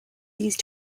these